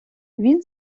він